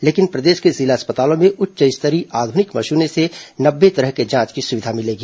लेकिन प्रदेश के जिला अस्पतालों में उच्च स्तरीय आधुनिक मशीनों से नब्बे तरह के जांच की सुविधा मिलेगी